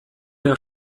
der